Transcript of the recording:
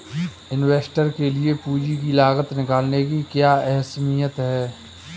Investor के लिए पूंजी की लागत निकालने की क्या अहमियत है?